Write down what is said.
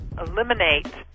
eliminate